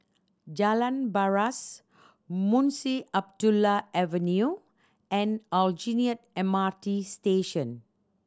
Jalan Paras Munshi Abdullah Avenue and Aljunied M R T Station